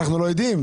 אנחנו לא יודעים?